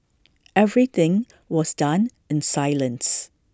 everything was done in silence